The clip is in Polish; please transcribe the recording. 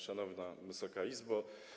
Szanowna Wysoka Izbo!